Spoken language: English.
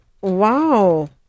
Wow